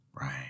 Right